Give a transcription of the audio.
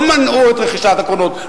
לא מנעו את רכישת הקרונות,